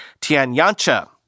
Tianyancha